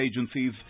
agencies